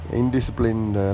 indisciplined